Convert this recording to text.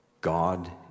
God